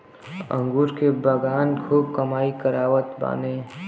अंगूर के बगान खूब कमाई करावत बाने